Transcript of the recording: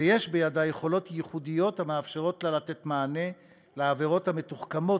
ויש בידה יכולות ייחודיות המאפשרות לה לתת מענה בעבירות המתוחכמות,